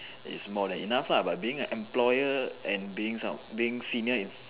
is more than enough lah but being an employer and being being senior is